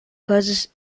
causes